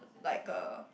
like a